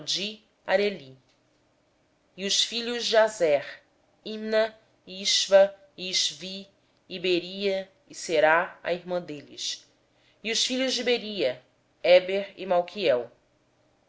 e areli e os filhos de aser imná isvá isvi e beria e sera a irmã deles e os filhos de beria heber e